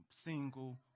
single